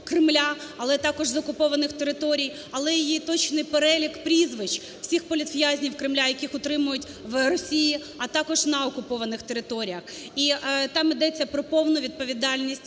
але також з окупованих територій, але і є точний перелік прізвищ всіх політв'язнів Кремля, яких утримують в Росії, а також на окупованих територіях. І там йдеться про повну відповідальність